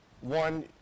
one